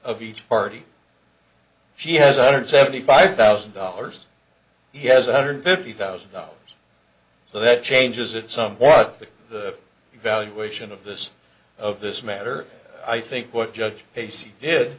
of each party she has a hundred seventy five thousand dollars he has one hundred fifty thousand dollars so that changes it somewhat to the evaluation of this of this matter i think what judge pace did